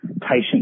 patient